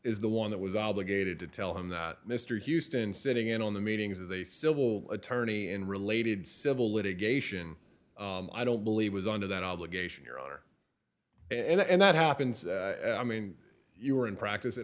is the one that was obligated to tell him that mr houston sitting in on the meetings is a civil attorney and related civil litigation i don't believe was under that obligation your honor and that happened i mean you were in practice it